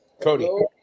cody